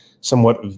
somewhat